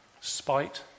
Spite